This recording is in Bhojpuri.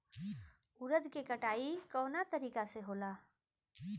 उरद के कटाई कवना तरीका से होला?